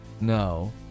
No